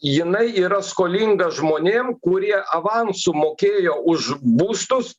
jinai yra skolinga žmonėm kurie avansu mokėjo už būstus